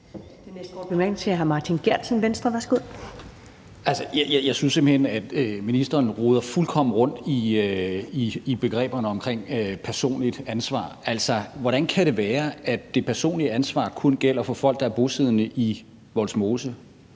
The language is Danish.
Venstre. Værsgo. Kl. 13:34 Martin Geertsen (V): Jeg synes simpelt hen, at ministeren roder fuldkommen rundt i begreberne omkring personligt ansvar. Altså, hvordan kan det være, at det personlige ansvar kun gælder for folk, der er bosiddende i Vollsmose,